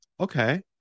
Okay